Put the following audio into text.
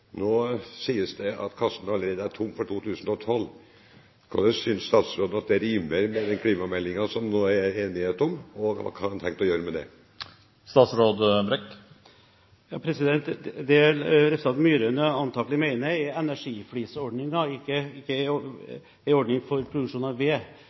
Nå sies det at kassen for 2012 allerede er tom. Hvordan synes statsråden at det rimer med den klimameldingen som det nå er enighet om, og hva har han tenkt til å gjøre med det? Det representanten Myraune antakelig mener, er energiflisordningen – ikke en ordning for produksjon av